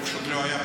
הוא פשוט לא היה פה.